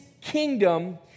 kingdom